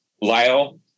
Lyle